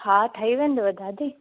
हा ठही वेंदव दादी